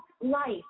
life